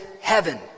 heaven